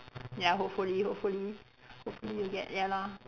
ya hopefully hopefully hopefully you get ya lah